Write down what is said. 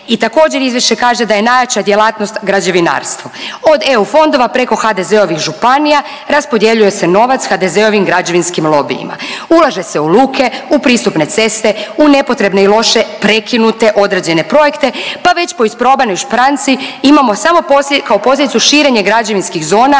I također izvješće kaže da je najjača djelatnost građevinarstvo. Od EU fondova preko HDZ-ovih županija raspodjeljuje se novac HDZ-ovim građevinskim lobijima. Ulaže se u luke, u pristupne ceste, u nepotrebne i loše prekinute određene projekte pa već po isprobanoj špranci imamo samo kao posljedicu širenje građevinskih zona